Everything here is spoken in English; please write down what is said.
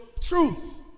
truth